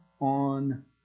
on